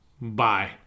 Bye